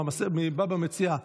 מבבא מציעא,